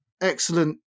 excellent